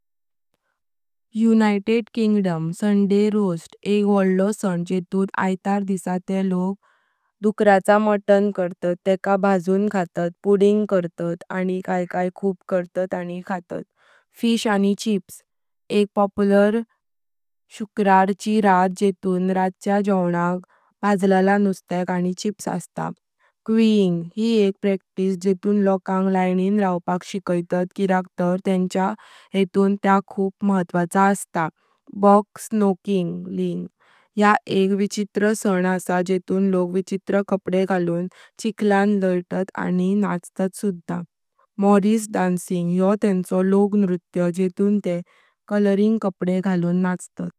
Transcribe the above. युके राज। एक वडलो सण जेऊन आईतार दिसा ते लोक दु:खराचा मट्टन करतात तेका भाजून खातात, पुडिंग करतात, आनी काई काए काए खूप करतात आनी खातात। फिश आनी चिप्। एक पॉप्युलर शूरार ची रात जेऊन रातच्या जोवनाक भाजल्ला नुस्त्याक आनी चिप्स असतात। क्यूईंग। हि एक प्राक्टिस जेऊन लोकांग लाइनें राहपाक शिकायतात किद्याक तार तेंच्या येऊन ता खूप महत्वाचो आसा। Bog snorkelling. या एक विचित्र सण आसा जेऊन लोक विचित्र कपडे घालून चिक्लान लायतात आनी नाचतात सुद्धा। Morris dancing. योह तेंचो लोक नृत्य जेऊन ते कलरफुल कपडे घालून नाचतात।